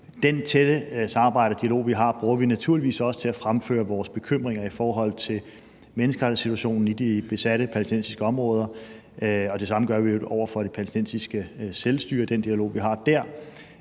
Det tætte samarbejde og den dialog, vi har, bruger vi naturligvis også til at fremføre vores bekymringer i forhold til menneskerettighedssituationen i de besatte palæstinensiske områder, og det samme gør vi i øvrigt over for det palæstinensiske selvstyre med den dialog, vi har dér,